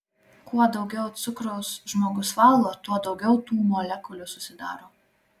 kuo daugiau cukraus žmogus valgo tuo daugiau tų molekulių susidaro